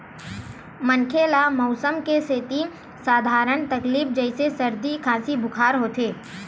मनखे ल मउसम के सेती सधारन तकलीफ जइसे सरदी, खांसी, बुखार होथे